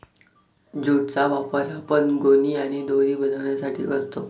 jute चा वापर आपण गोणी आणि दोरी बनवण्यासाठी करतो